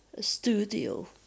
Studio